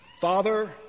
Father